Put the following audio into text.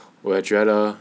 我也觉得